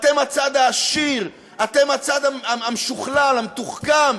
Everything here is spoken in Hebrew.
אתם הצד העשיר, אתם הצד המשוכלל, המתוחכם.